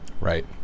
Right